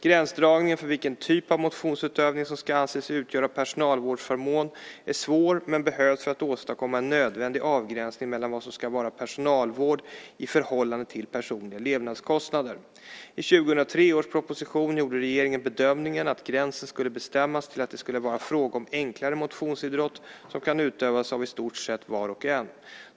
Gränsdragningen för vilken typ av motionsutövning som ska anses utgöra personalvårdsförmån är svår men behövs för att åstadkomma en nödvändig avgränsning mellan vad som ska vara personalvård i förhållande till personliga levnadskostnader. I 2003 års proposition gjorde regeringen bedömningen att gränsen skulle bestämmas till att det ska vara fråga om enklare motionsidrott som kan utövas av i stort sett var och en.